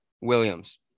Williams